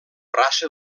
raça